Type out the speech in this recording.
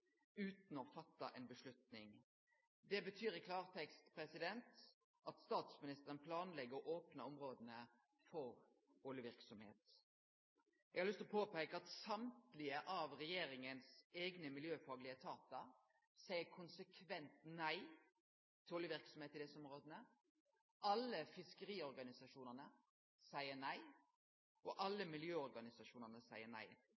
utan å ta ei avgjerd. Det betyr i klartekst at statsministeren planlegg å opne områda for oljeverksemd. Eg har lyst til å påpeike at alle regjeringas miljøfaglege etatar seier konsekvent nei til oljeverksemd i desse områda. Alle fiskeriorganisasjonane seier nei, og alle miljøorganisasjonane seier nei.